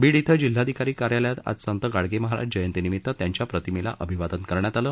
बीड इथ जिल्हाधिकारी कार्यालयात आज संत गाडगे महाराज जयंतीनिमित्त त्यांच्या प्रतिमेला अभिवादन करण्यात आलं